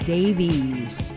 Davies